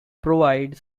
provide